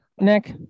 Nick